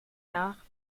nach